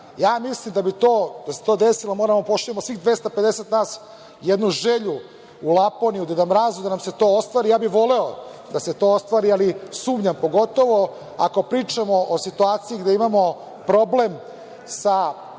Ja mislim, da bi se to desilo, da moramo da pošaljemo svih 250 nas jednu želju u Laponiju Deda Mrazu, da nam se to ostvari. Voleo bih da se to ostvari, ali sumnjam, pogotovo ako pričamo o situaciji gde imamo problem sa